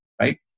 right